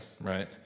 right